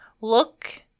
look